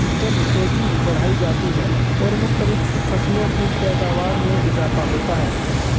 زرخیزی بڑھائی جاتی ہے اور مختلف فصلوں کی پیداوار میں اضافہ ہوتا ہے